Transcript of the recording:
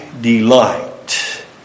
delight